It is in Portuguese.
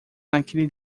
naquele